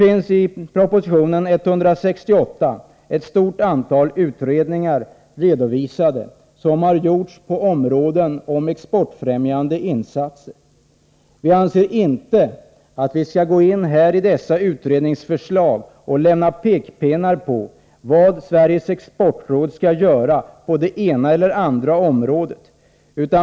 I proposition 168 finns ett stort antal utredningar om exportfrämjande insatser redovisade. Vi anser inte att vi skall gå in i dessa utredningsförslag med pekpinnar till Sveriges exportråd om vad det skall göra på det ena eller andra området.